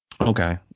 Okay